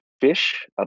fish